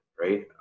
right